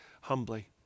humbly